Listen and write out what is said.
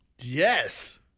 Yes